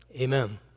Amen